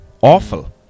awful